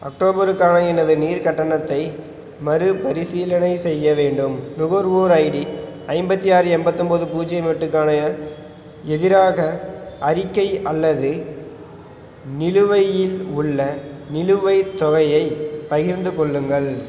அக்டோபருக்கான எனது நீர் கட்டணத்தை மறுபரிசீலனை செய்ய வேண்டும் நுகர்வோர் ஐடி ஐம்பத்தி ஆறு எம்பத்தொம்பது பூஜ்ஜியம் எட்டுக்கான எதிராக அறிக்கை அல்லது நிலுவையில் உள்ள நிலுவைத் தொகையைப் பகிர்ந்துக் கொள்ளுங்கள்